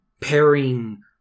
pairing